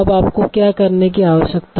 अब आपको क्या करने की आवश्यकता है